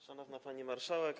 Szanowna Pani Marszałek!